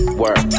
work